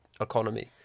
economy